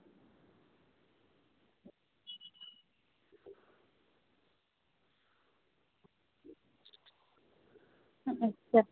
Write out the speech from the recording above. ᱦᱩᱸ ᱟᱪᱪᱷᱟ